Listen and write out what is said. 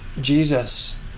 Jesus